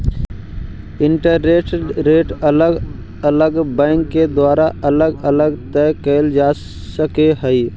interest rate अलग अलग bank के द्वारा अलग अलग तय कईल जा सकऽ हई